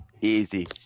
Easy